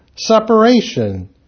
separation